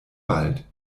bald